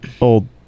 old